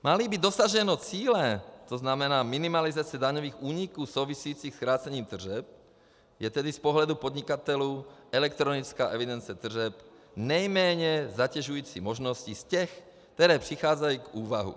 Máli být dosaženo cíle, to znamená minimalizace daňových úniků souvisejících s krácením tržeb, je tedy z pohledu podnikatelů elektronická evidence tržeb nejméně zatěžující možností z těch, které přicházely v úvahu.